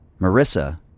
Marissa